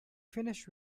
finished